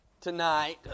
tonight